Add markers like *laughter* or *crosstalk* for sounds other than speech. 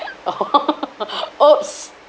*laughs* *breath* !oops!